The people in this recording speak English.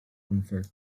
unfair